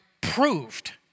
proved